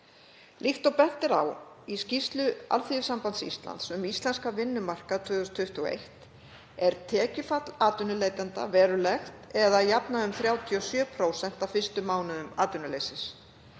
Líkt og bent er á í skýrslu Alþýðusambands Íslands um íslenskan vinnumarkað 2021 er tekjufall atvinnuleitenda verulegt eða að jafnaði um 37% á fyrstu mánuðum atvinnuleysis.